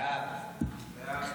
חוק לייעול